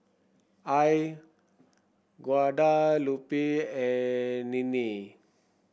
Al Guadalupe and Ninnie